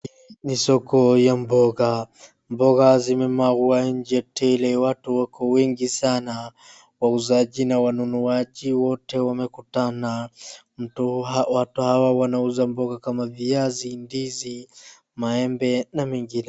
Ni soko ya mboga. Mboga zimemwagwa nje tele. Watu wako wengi sana. Wauzaji na wanunuaji wote wamekutana. Watu hawa wanauza mboga kama viazi, ndizi, maembe na mengine.